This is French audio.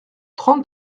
trente